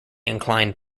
inclined